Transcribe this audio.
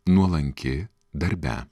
nuolanki darbe